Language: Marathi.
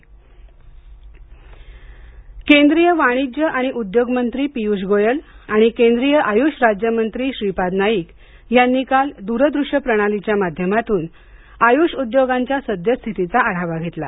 आय्ष उद्योग केंद्रीय वाणिज्य आणि उद्योग मंत्री पियुष गोयल आणि केंद्रीय आयुष राज्य मंत्री श्रीपाद नाईक यांनी काल द्रदृष्य प्रणालीच्या माध्यमातून आयुष उद्योगांच्या सद्यस्थितीचा आढावा घेतला